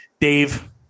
Dave